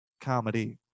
Comedy